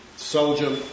soldier